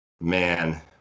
man